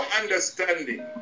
understanding